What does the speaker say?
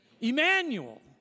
Emmanuel